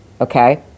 okay